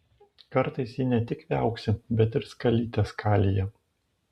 kartais ji ne tik viauksi bet skalyte skalija